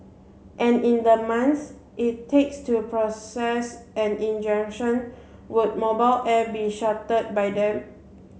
and in the months it takes to process an injunction would mobile air be shuttered by then